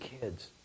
kids